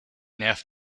nervt